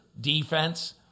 defense